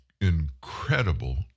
incredible